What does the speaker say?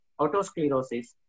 autosclerosis